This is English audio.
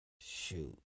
Shoot